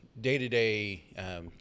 day-to-day